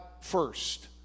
first